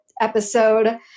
episode